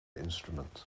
instrument